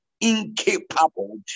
incapable